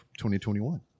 2021